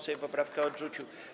Sejm poprawkę odrzucił.